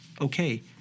okay